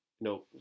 No